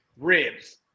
Ribs